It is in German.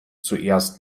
zuerst